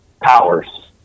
powers